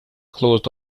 closed